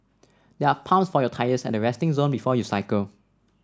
there are pumps for your tyres at the resting zone before you cycle